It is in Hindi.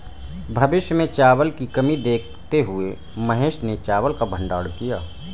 भविष्य में चावल की कमी देखते हुए महेश ने चावल का भंडारण किया